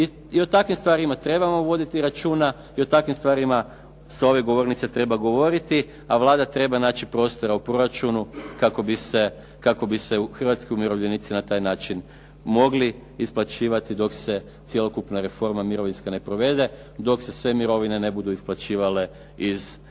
I o takvim stvarima trebamo voditi računa i o takvim stvarima sa ove govornice treba govoriti, a Vlada treba naći prostora u proračunu kako bi se hrvatski umirovljenici na taj način mogli isplaćivati dok se cjelokupna reforma mirovinska ne provede, dok se sve mirovine ne budu isplaćivale iz drugog